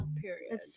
Period